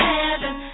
heaven